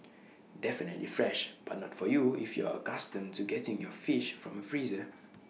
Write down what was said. definitely fresh but not for you if you're accustomed to getting your fish from A freezer